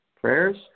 prayers